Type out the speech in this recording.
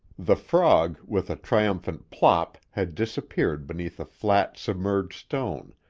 the frog, with a triumphant plop, had disappeared beneath a flat, submerged stone,